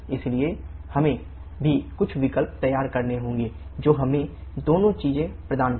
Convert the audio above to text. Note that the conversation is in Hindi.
इसलिए हमें भी कुछ विकल्प तैयार करने होंगे जो हमें दोनों चीजें प्रदान करें